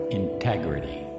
integrity